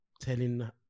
telling